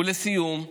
ולסיום,